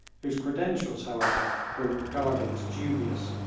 whose credentials, however, were regarded as dubious,